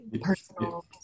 personal